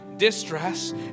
distress